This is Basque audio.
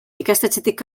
ikastetxetik